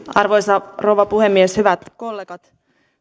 arvoisa rouva puhemies hyvät kollegat